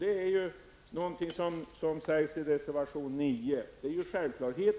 Det som står i reservation 9 är en självklarhet.